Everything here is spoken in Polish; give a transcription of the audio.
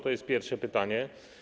To jest pierwsze pytanie.